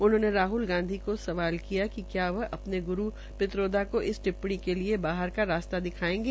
उन्होंने राहल गांधी को सवाल किया कि क्या वह अपने ग्रू पित्रोदा को इस टिपपणी के लिये बाहर का रास्ता दिखायेंगे